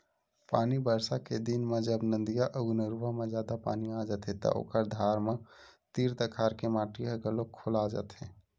पानी बरसा के दिन म जब नदिया अउ नरूवा म जादा पानी आ जाथे त ओखर धार म तीर तखार के माटी ह घलोक खोला जाथे